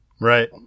Right